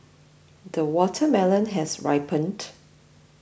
the watermelon has ripened